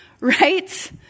right